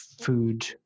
food